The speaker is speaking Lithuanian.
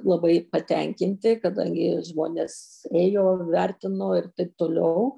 labai patenkinti kadangi žmonės ėjo vertino ir taip toliau